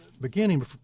beginning